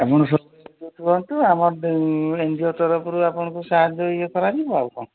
ଆପଣ ରୁହନ୍ତୁ ଆମର ଏନ୍ ଜି ଓ ୟେ ତରଫରୁ ଆପଣଙ୍କୁ ସାହାଯ୍ୟ ୟେ କରାଯିବ ଆଉ କଣ